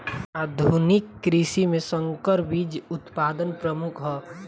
आधुनिक कृषि में संकर बीज उत्पादन प्रमुख ह